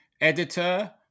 editor